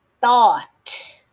thought